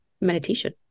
meditation